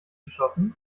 geschossen